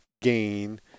gain